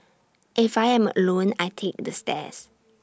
if I am alone I take the stairs